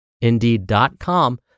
Indeed.com